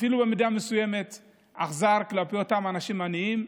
ובמידה מסוימת אפילו אכזרי כלפי אותם עניים.